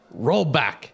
rollback